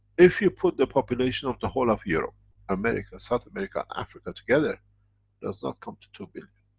if you put the population of the whole of europe america, south america, africa together does not come to two billion.